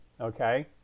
Okay